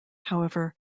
however